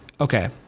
Okay